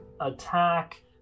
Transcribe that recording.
attack